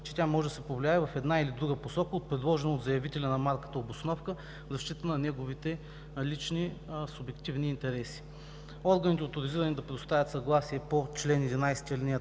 че тя може да се повлияе в една или в друга посока от предложена от заявителя на марката обосновка в защита на неговите лични субективни интереси. Органите, оторизирани да предоставят съгласие по чл. 11, ал.